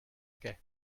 què